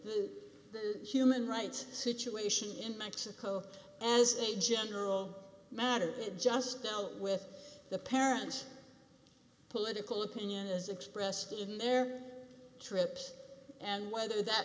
the human rights situation in mexico as a general matter it just dealt with the parent political opinion as expressed in their trips and whether that